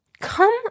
Come